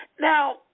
Now